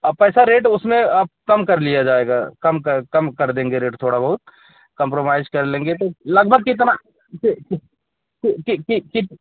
आप पैसा रेट उसमें आप कम कर लिया जाएगा कम पर कम कर देंगें रेट थोड़ा बहुत कम्प्रोमाइज कर लेंगे तो लगभग कितना कि कि कि कित